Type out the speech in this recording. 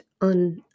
on